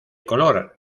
color